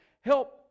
help